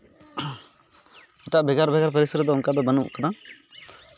ᱮᱴᱟᱜ ᱵᱷᱮᱜᱟᱨ ᱵᱷᱮᱜᱟᱨ ᱯᱟᱹᱨᱤᱥ ᱨᱮᱫᱚ ᱚᱱᱠᱟ ᱫᱚ ᱵᱟᱹᱱᱩᱜ ᱠᱟᱫᱟ